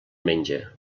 menja